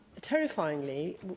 Terrifyingly